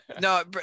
no